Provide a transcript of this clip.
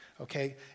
okay